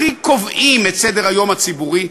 הכי קובעים את סדר-היום הציבורי,